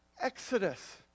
Exodus